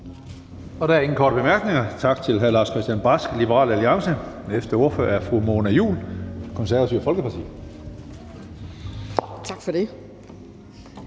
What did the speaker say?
Der er ingen korte bemærkninger. Tak til hr. Lars-Christian Brask, Liberal Alliance. Den næste ordfører er fru Mona Juul, Det Konservative Folkeparti. Kl.